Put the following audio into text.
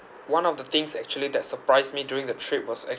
one of the things actually that surprised me during the trip was actually